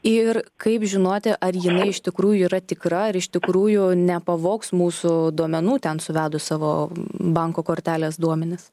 ir kaip žinoti ar jinai iš tikrųjų yra tikra ar iš tikrųjų nepavogs mūsų duomenų ten suvedus savo banko kortelės duomenis